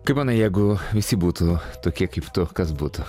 kaip manai jeigu visi būtų tokie kaip tu kas būtų